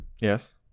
Yes